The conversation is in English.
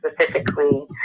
specifically